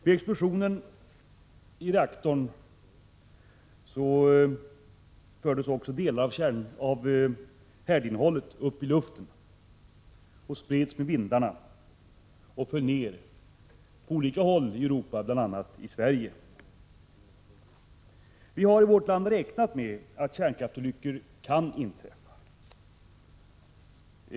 Vid explosionen i reaktorn fördes också delar av härdinnehållet upp i luften, spreds med vindarna och föll ner på olika håll i Europa, bl.a. i Sverige. Vi har i vårt land räknat med att kärnkraftsolyckor kan inträffa.